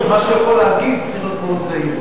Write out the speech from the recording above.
מה שהוא יגיד צריך להיות מאוד זהיר.